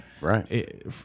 right